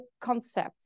concept